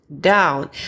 down